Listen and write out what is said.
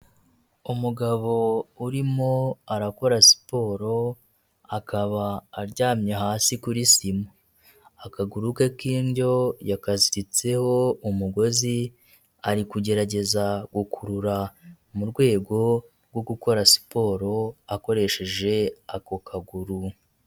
Umugabo urimo arakora siporo akaba aryamye hasi kuri sima akaguru ke k'indyo yakazititseho umugozi ari kugerageza gukurura mu rwego rwo gukora siporo akoresheje ako kaguru.